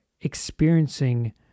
experiencing